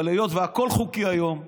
אבל היות שהכול חוקי היום אצלכם,